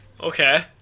okay